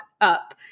up